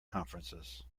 conferences